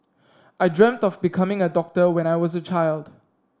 I dreamt of becoming a doctor when I was a child